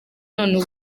none